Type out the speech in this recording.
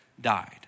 died